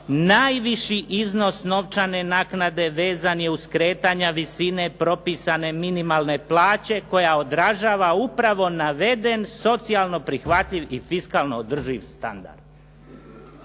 najviši iznos novčane naknade vezan je uz kretanja visine propisane minimalne plaće koja odražava upravo naveden socijalno prihvatljiv i fiskalno održiv standard.